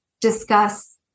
discuss